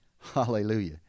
Hallelujah